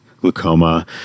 glaucoma